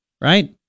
right